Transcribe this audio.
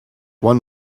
one